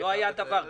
לא היה דבר כזה.